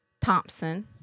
Thompson